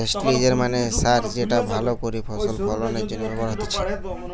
ফেস্টিলিজের মানে সার যেটা ভালো করে ফসল ফলনের জন্য ব্যবহার হতিছে